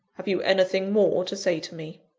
have you anything more to say to me?